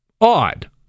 odd